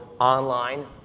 online